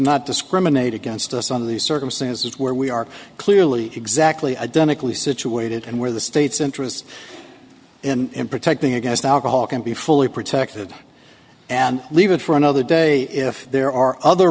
not discriminate against us on the circumstances where we are clearly exactly identical situated and where the state's interest in protecting against alcohol can be fully protected and leave it for another day if there are other